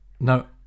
No